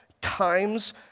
times